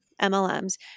MLMs